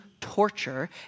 torture